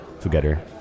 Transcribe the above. together